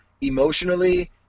emotionally